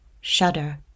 shudder